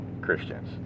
Christians